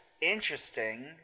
interesting